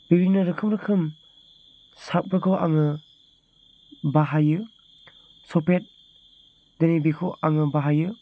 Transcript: बिभिन्न' रोखोम रोखोम सार्फफोरखौ आङो बाहायो सफेद बिदिनो बेखौ आङो बाहायो